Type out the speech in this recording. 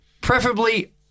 preferably